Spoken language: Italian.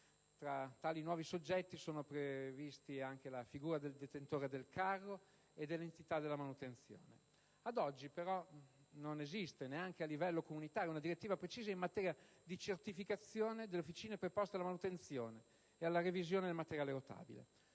fra tali nuovi soggetti saranno previsti la figura del detentore del carro e dell'entità di manutenzione. Ad oggi però non esiste, neanche a livello comunitario, una direttiva precisa in materia di certificazione delle officine preposte alla manutenzione e alla revisione del materiale rotabile;